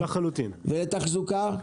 לתחזוקה?